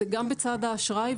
זה גם בצד האשראי.